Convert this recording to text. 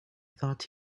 thought